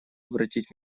обратить